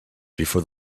before